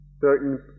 certain